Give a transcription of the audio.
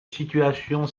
situation